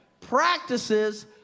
practices